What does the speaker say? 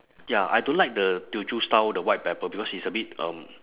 ya I don't like the teochew style the white pepper because it's a bit um